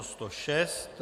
106.